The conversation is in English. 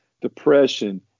depression